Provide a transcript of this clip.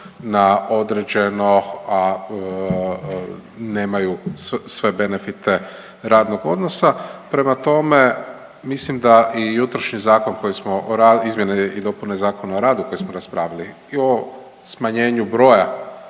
na određeno, a nemaju sve benefite radnog odnosa. Prema tome, mislim da i jutrošnji zakon koji smo, izmjene i dopune Zakona o radu koji smo raspravili i o smanjenju broja,